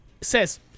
says